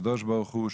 והקדוש ברוך הוא,